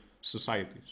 societies